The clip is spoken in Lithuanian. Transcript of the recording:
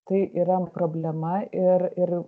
tai yra problema ir ir